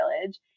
village